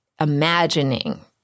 imagining